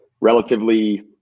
relatively